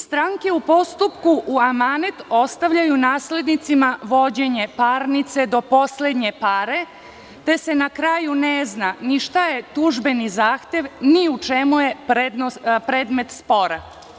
Stranke u postupku u amanet ostavljaju naslednicima vođenje parnice do poslednje pare, te se na kraju ne zna ni šta je tužbeni zahtev, ni u čemu je predmet spora.